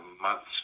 month's